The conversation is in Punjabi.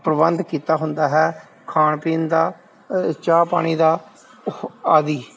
ਪ੍ਰਬੰਧ ਕੀਤਾ ਹੁੰਦਾ ਹੈ ਖਾਣ ਪੀਣ ਦਾ ਚਾਹ ਪਾਣੀ ਦਾ ਆਦਿ